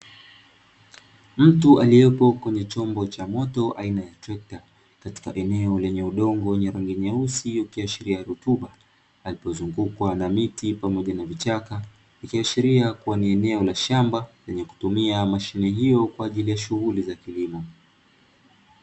Mtu aliyopo kwenye chombo cha moto aina ya trekta, katika eneo lenye udongo wenye rangi nyeusi ukiashiria rutuba, alipozungukwa na miti pamoja na vichaka ikiashiria kuwa ni eneo la shamba, lenye kutumia mashine hio kwa ajili ya shughuli za kilimo.